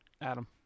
Adam